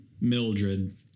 mildred